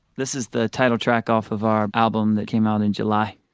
this is the title track off of our album that came out in july